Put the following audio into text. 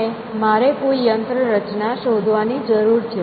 અને મારે કોઈ યંત્ર રચના શોધવાની જરૂર છે